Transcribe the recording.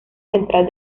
central